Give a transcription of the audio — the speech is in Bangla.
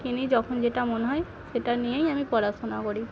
কিনি যখন যেটা মনে হয় সেটা নিয়েই আমি পড়াশোনা করি